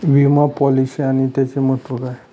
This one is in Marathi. विमा पॉलिसी आणि त्याचे महत्व काय आहे?